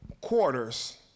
quarters